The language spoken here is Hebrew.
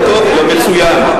לא טוב, אלא מצוין.